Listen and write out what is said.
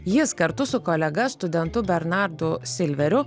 jis kartu su kolega studentu bernardu silveriu